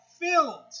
filled